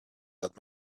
that